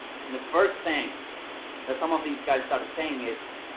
the first thing that some of these guys started saying is,